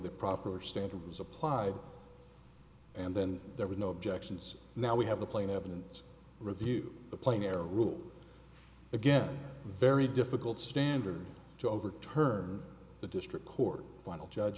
the proper standard was applied and then there was no objections now we have the plain evidence review the plane air rules again very difficult standard to overturn the district court